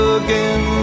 again